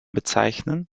bezeichnen